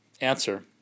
Answer